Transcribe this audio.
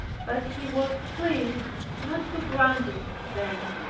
but he was pleased not to grant it then,